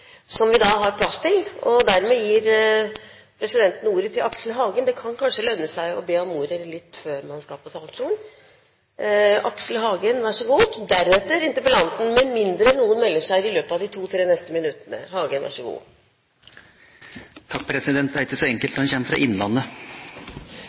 plass til, og dermed gir presidenten ordet til Aksel Hagen. Det kan kanskje lønne seg å be om ordet litt før man skal på talerstolen. Aksel Hagen, vær så god – deretter interpellanten, med mindre noen melder seg i løpet av de 2–3 neste minuttene. Det er ikke så